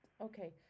okay